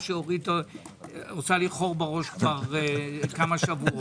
שאורית עושה לי חור בראש כמה שבועות,